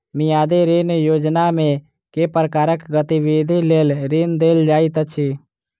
मियादी ऋण योजनामे केँ प्रकारक गतिविधि लेल ऋण देल जाइत अछि